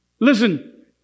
listen